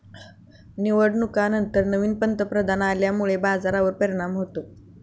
निवडणुकांनंतर नवीन पंतप्रधान आल्यामुळे बाजारावर परिणाम होतो